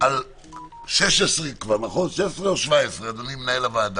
על 16 או 17 16 או 17, אדוני מנהל הוועדה?